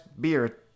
beer